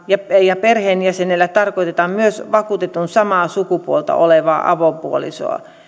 ja perheenjäsenellä tarkoitetaan myös vakuutetun samaa sukupuolta olevaa avopuolisoa